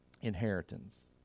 inheritance